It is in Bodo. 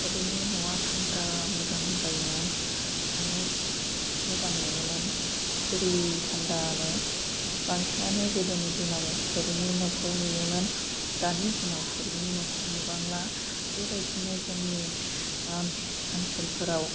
थोरिनि न'आ थान्दा मोजां जायोमोन थानो मोजां मोनोमोन सिरि थान्दानो बांसिनानो गोदोनि दिनाव थोरिनि न'खौ नुयोमोन दानि दिनाव थोरिनि न'खौ नुबांला बेबायदिनो जोंनि ओनसोलफोराव